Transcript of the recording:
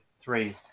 three